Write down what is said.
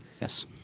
Yes